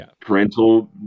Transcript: parental